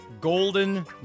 Golden